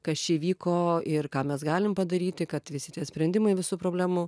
kas čia įvyko ir ką mes galim padaryti kad visi tie sprendimai visų problemų